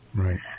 Right